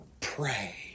pray